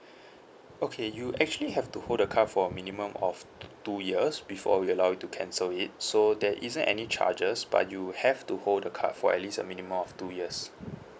okay you actually have to hold the card for a minimum of two years before we allow you to cancel it so there isn't any charges but you have to hold the card for at least a minimum of two years